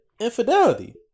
infidelity